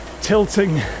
tilting